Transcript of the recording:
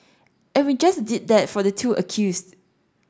and we just did that for the two accused